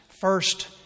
first